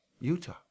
Utah